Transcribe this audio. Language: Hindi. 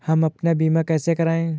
हम अपना बीमा कैसे कराए?